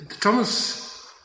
Thomas